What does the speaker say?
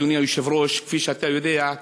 אדוני היושב-ראש: כפי שאתה יודע,